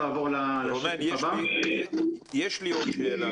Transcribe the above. רונן יש לי עוד שאלה